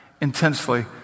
intensely